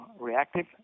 reactive